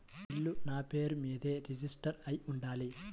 ఇల్లు నాపేరు మీదే రిజిస్టర్ అయ్యి ఉండాల?